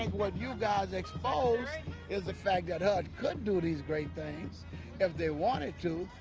what you guys exposed is the fact that hud could do these great things if they wanted to.